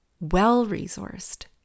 well-resourced